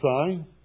sign